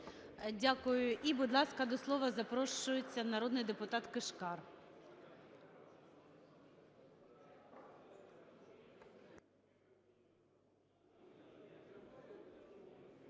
Дякую. І, будь ласка, до слова запрошується народний депутат Кишкар.